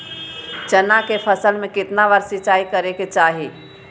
चना के फसल में कितना बार सिंचाई करें के चाहि?